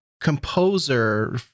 composer